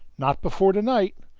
not before to-night.